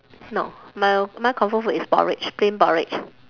no my my comfort food is porridge plain porridge